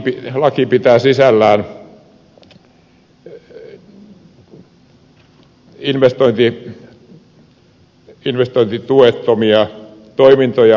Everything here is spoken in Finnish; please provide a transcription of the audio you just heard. tämä laki pitää sisällään investointituettomia toimintoja